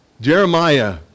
Jeremiah